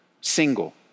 single